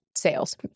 sales